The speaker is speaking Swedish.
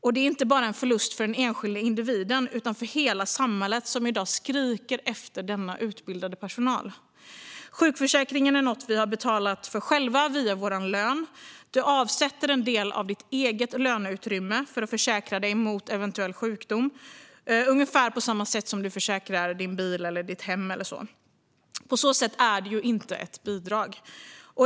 Detta är en förlust inte bara för den enskilda individen utan för hela samhället, som i dag skriker efter utbildad personal. Sjukförsäkringen är något vi har betalat för själva via vår lön. Du avsätter en del av ditt eget löneutrymme för att försäkra dig mot eventuell sjukdom, ungefär på samma sätt som när du försäkrar din bil eller ditt hem. På så sätt är det inte ett bidrag.